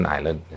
Island